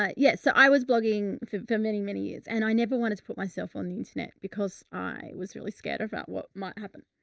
ah, yes. so i was blogging for for many, many years and i never wanted to put myself on the internet because i was really scared about what might happen.